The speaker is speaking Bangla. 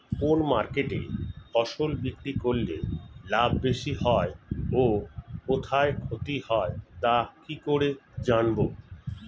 কোন মার্কেটে ফসল বিক্রি করলে লাভ বেশি হয় ও কোথায় ক্ষতি হয় তা কি করে জানবো?